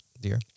dear